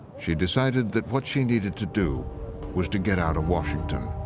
she decided that what she needed to do was to get out of washington.